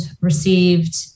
received